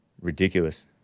ridiculous